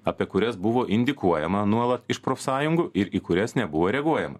apie kurias buvo indikuojama nuolat iš profsąjungų ir į kurias nebuvo reaguojama